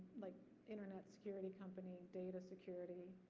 like internet security company, data security,